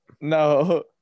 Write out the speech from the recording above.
No